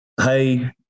hey